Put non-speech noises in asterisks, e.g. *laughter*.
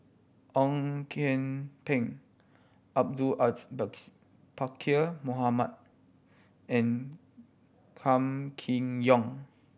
Ong Kian Peng Abdul Aziz *unintelligible* Pakkeer Mohamed and Kam Kee Yong